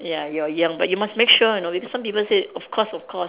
ya you are young but you must make sure you know some people said of course of course